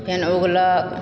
फेन औङ्गघलक